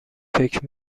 فکر